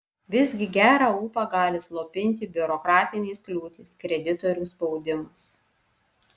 visgi gerą ūpą gali slopinti biurokratinės kliūtys kreditorių spaudimas